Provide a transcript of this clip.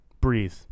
breathe